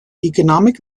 economic